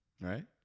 Right